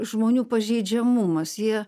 žmonių pažeidžiamumas jie